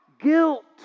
guilt